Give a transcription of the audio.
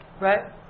Right